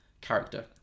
character